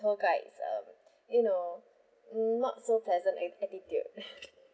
tour guides um you know hmm not so pleasant at~ attitude